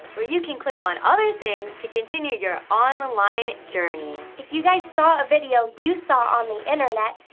where you can click on other things to continue your online journey! if you guys saw a video you saw on the internet,